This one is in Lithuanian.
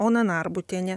ona narbutienė